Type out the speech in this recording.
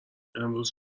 امروز